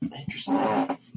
Interesting